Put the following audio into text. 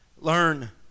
Learn